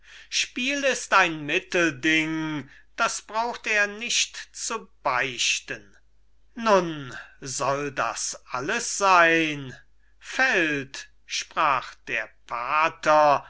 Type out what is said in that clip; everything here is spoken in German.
spiel ist ein mittelding das braucht er nicht zu beichten nun soll das alles sein fällt sprach der pater